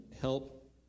help